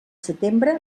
setembre